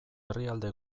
herrialde